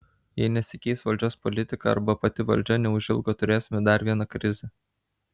jei nesikeis valdžios politika arba pati valdžia neužilgo turėsime dar vieną krizę